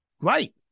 Great